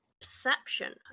Perception